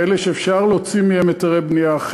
כאלה שאפשר להוציא מהם היתרי בנייה,